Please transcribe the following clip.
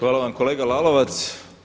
Hvala vam kolega Lalovac.